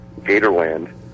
Gatorland